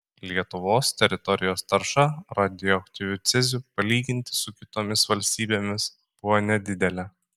lietuvos teritorijos tarša radioaktyviu ceziu palyginti su kitomis valstybėmis buvo nedidelė